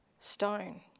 stone